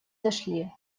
дошли